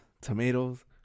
tomatoes